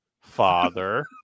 father